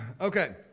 Okay